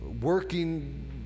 working